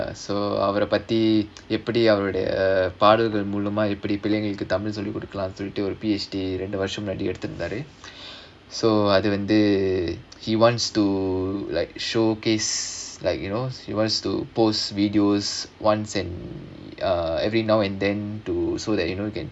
ya so அவர பத்தி எப்படி அவருடைய பாடல்கள் மூலமா எப்படி தமிழ் சொல்லிக்கொடுக்கலாம்னு:avara paththi eppadi avarudaiya paadalgal moolamaa eppadi tamil solli kodukkalaamnu P_H_D ரெண்டு வருஷம் முன்னாடி எடுத்துருந்தாரு:rendu varusham munnaadi eduthurunthaaru so அது வந்து:adhu vandhu he wants to like showcase like you know he wants to post videos once and uh every now and then to so that you know you can